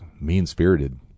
Mean-spirited